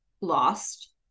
lost